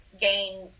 gain